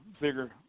bigger